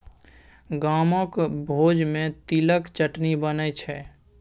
गामक भोज मे तिलक चटनी बनै छै